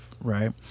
right